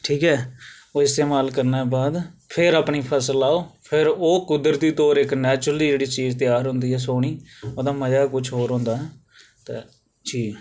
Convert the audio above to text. ठीक ऐ ओह् इस्तेमाल करने दे बाद फिर अपनी फसल लाओ फिर ओह् कुदरती तोर इक नेचरुली चीज़ त्यार होंदी ऐ सोह्नी ओह्दा मजा गे कुछ और होंदा ऐ ते जी